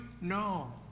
No